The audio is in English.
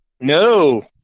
No